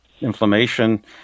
inflammation